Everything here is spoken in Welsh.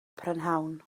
prynhawn